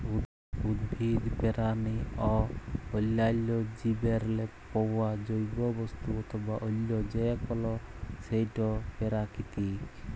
উদ্ভিদ, পেরানি অ অল্যাল্য জীবেরলে পাউয়া জৈব বস্তু অথবা অল্য যে কল সেটই পেরাকিতিক